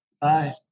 Bye